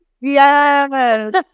Yes